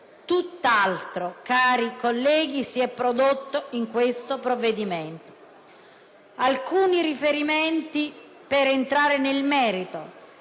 Tutt'altro, cari colleghi, si è prodotto in questo provvedimento. Alcuni riferimenti, per entrare nel merito.